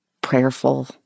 prayerful